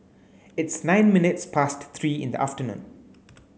its nine minutes past three in the afternoon